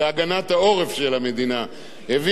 העבירו אותך מהפנים אל העורף.